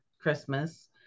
Christmas